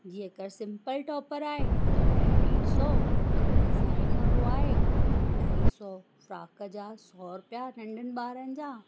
जीअं अगरि simple topper आहे त उन जा ॾेढ सौ अगरि डिज़ाइन वारो आहे अढाई सौ फ्राक जा सौ रुपया नंढनि ॿारनि जा